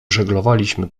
żeglowaliśmy